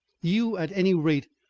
you, at any rate,